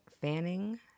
Fanning